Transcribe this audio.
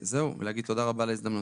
וזהו, רק להגיד תודה רבה על ההזדמנות.